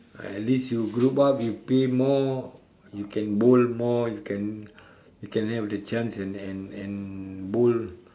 at least you group up you pay more you can bowl more you can you can have the chance and and and bowl